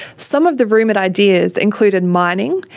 some of the rumoured ideas included mining,